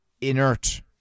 inert